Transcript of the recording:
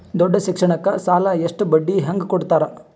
ದೊಡ್ಡ ಶಿಕ್ಷಣಕ್ಕ ಸಾಲ ಎಷ್ಟ ಬಡ್ಡಿ ಹಂಗ ಕೊಡ್ತಾರ?